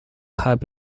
have